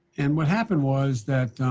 and what happened was that